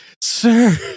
sir